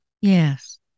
Yes